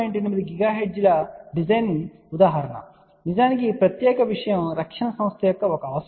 8 GHz design ఉదాహరణ నిజానికి ఈ ప్రత్యేక విషయం రక్షణ సంస్థ యొక్క ఒక అవసరం